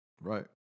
Right